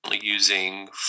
using